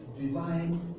Divine